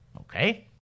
Okay